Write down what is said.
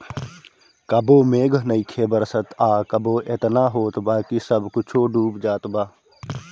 कबो मेघ नइखे बरसत आ कबो एतना होत बा कि सब कुछो डूब जात बा